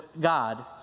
God